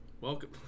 welcome